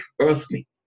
earthly